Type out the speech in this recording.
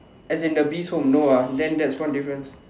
as in a bee comb no ah then that's one difference